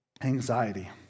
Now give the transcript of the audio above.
anxiety